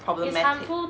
problematic